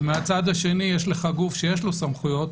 ומהצד השני יש לך גוף שיש לו סמכויות,